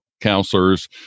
counselors